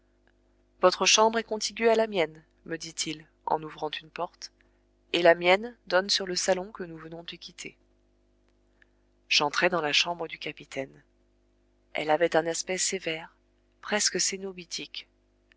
votre chambre est contiguë à la mienne me dit-il en ouvrant une porte et la mienne donne sur le salon que nous venons de quitter j'entrai dans la chambre du capitaine elle avait un aspect sévère presque